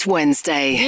Wednesday